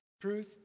truth